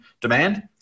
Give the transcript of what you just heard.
demand